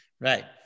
Right